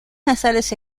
nasales